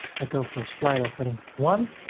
i go for a slider heading one.